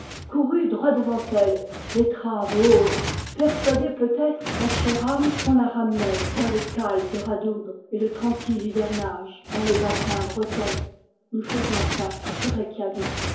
courut droit devant elle l'étrave haute persuadée peut-être la chère âme qu'on la ramenait vers les cales de radoub et le tranquille hivernage dans les bassins bretons nous faisions cap sur reikiavik